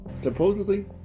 supposedly